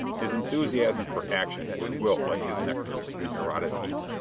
his enthusiasm for action would wilt like his neckpiece, in nareda's heat.